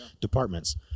departments